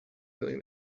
feeling